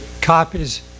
copies